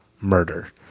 murder